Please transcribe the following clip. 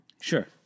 Sure